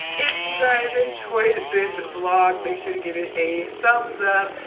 if you guys enjoyed this vlog, make sure to give it a thumbs up.